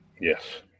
yes